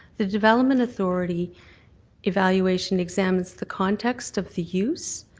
the development authority evaluation examines the context of the use,